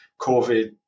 COVID